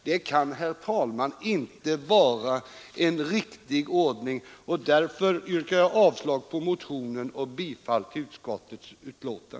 Det kan, herr talman, inte vara en riktig utveckling, och därför yrkar jag avslag på motionen och bifall till utskottets hemställan.